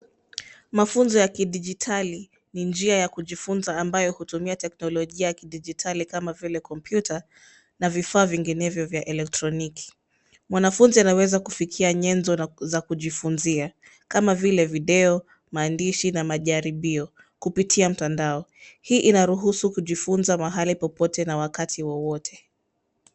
Mafunzo ya kidijitali ni njia ya kujifunza ambayo hutumia teknolojia ya dijitali kama vile kompyuta na vifaa vinginevyo vya elektroniki. Mwanafunzi anaweza kufikia nyenzo za kujifunza kama vile video, maandishi na majaribio kupitia mtandao. Hii inaruhusu kujifunza mahali popote na wakati wowote.